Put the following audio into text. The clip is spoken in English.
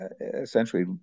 essentially